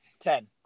Ten